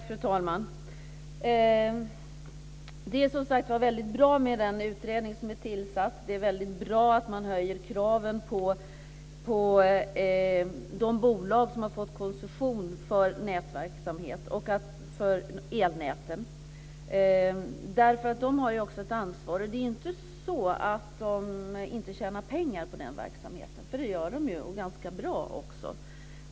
Fru talman! Det är som sagt var väldigt bra med den utredning som är tillsatt. Det är väldigt bra att man höjer kraven på de bolag som har fått koncession för nätverksamhet och elnäten. De har ju också ett ansvar. Det är inte så att de inte tjänar pengar på den här verksamheten. Det gör de ju - och ganska bra också.